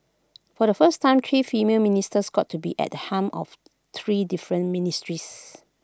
for the first time three female ministers got to be at the helm of three different ministries